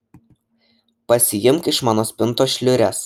pasiimk iš mano spintos šliures